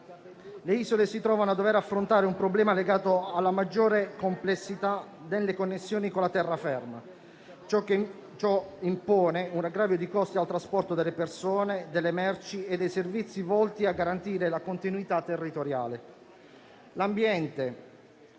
le isole si trovano a dover affrontare un problema legato alla maggiore complessità delle connessioni con la terraferma. Ciò impone un aggravio di costi al trasporto delle persone, delle merci e dei servizi volti a garantire la continuità territoriale. L'ambiente: